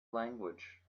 language